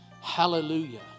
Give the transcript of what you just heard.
Hallelujah